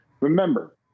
Remember